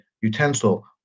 utensil